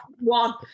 one